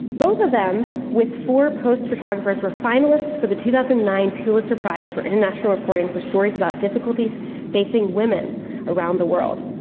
both of them, with four post photographers, were finalists for the two thousand and nine pulitzer prize for international reporting for stories about difficulties facing women around the world.